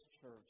church